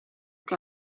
che